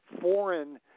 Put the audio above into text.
foreign